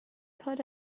put